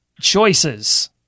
choices